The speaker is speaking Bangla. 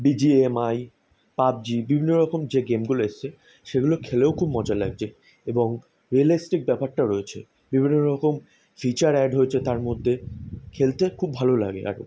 B G M I PUBG বিভিন্ন রকম যে গেমগুলো এসেছে সেগুলো খেলেও খুব মজা লাগজে এবং রিয়্যালেস্টিক ব্যাপারটা রয়েছে বিভিন্ন রকম ফিচার অ্যাড হয়েছে তার মধ্যে খেলতে খুব ভালো লাগে আর